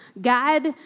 God